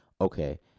okay